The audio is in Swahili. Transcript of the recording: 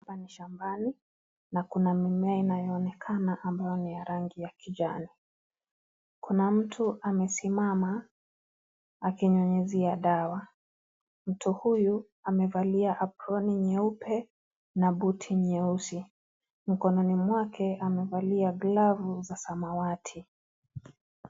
Hapa ni shambani na kuna mimea inayoonekana ambayo ni ya rangi ya kijani, kuna mtu amesimama akinyunyuzia dawa, mtu huyu amevalia aproni nyeupe na buti nyeusi, mkononi mwake amevalia glavu za samwati.